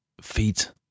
feet